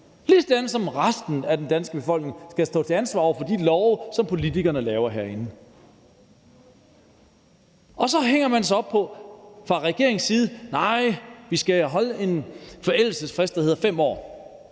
ligesådan som resten af den danske befolkning skal stå til ansvar for de love, som politikerne laver herinde. Og så hænger man sig fra regeringens side op på, at nej, vi skal holde en forældelsesfrist på 5 år.